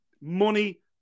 Money